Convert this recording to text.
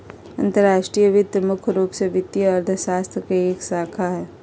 अंतर्राष्ट्रीय वित्त मुख्य रूप से वित्तीय अर्थशास्त्र के एक शाखा हय